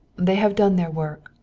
they have done their work.